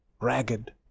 ragged